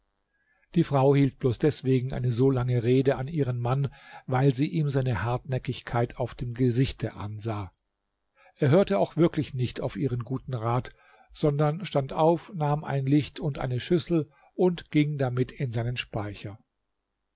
die frau hielt bloß deswegen eine so lange rede an ihren mann weil sie ihm seine hartnäckigkeit auf dem gesichte ansah er hörte auch wirklich nicht auf ihren guten rat sondern stand auf nahm ein licht und eine schüssel und ging damit in seinen speicher